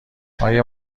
آیا